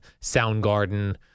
Soundgarden